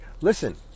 Listen